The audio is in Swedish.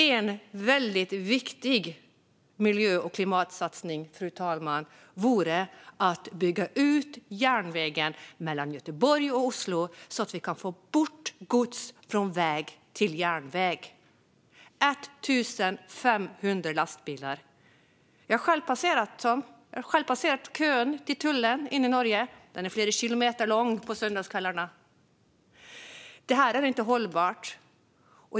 En väldigt viktig miljö och klimatsatsning, fru talman, vore att bygga ut järnvägen mellan Göteborg och Oslo så att vi kan flytta gods från väg till järnväg. Det är 1 500 lastbilar. Jag har själv passerat kön till tullen i Norge - den är flera kilometer lång på söndagskvällarna. Det är inte hållbart.